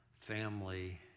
family